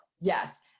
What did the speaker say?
Yes